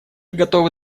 готовы